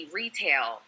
retail